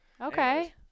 okay